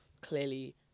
clearly